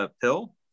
pill